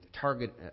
target